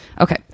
Okay